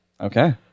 Okay